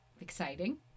exciting